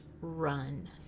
run